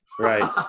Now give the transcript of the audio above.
Right